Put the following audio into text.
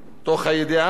בידיעה